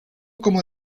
como